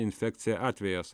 infekcija atvejas